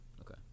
Okay